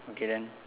okay then